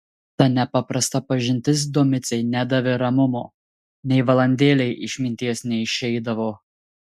ta nepaprasta pažintis domicei nedavė ramumo nei valandėlei iš minties neišeidavo